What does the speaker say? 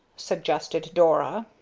suggested dora.